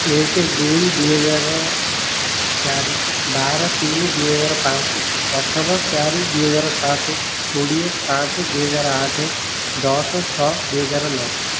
ଏକ ଦୁଇ ଦୁଇ ହଜାର ଚାରି ବାର ତିନି ଦୁଇ ହଜାର ପାଞ୍ଚ ଅଠର ଚାରି ଦୁଇ ହଜାର ସାତ କୋଡ଼ିଏ ପାଞ୍ଚ ଦୁଇ ହଜାର ଆଠ ଦଶ ଛଅ ଦୁଇ ହଜାର ନଅ